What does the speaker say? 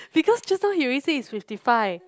because just now he already say it's fifty five